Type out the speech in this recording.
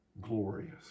glorious